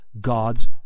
God's